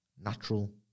natural